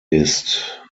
ist